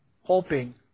hoping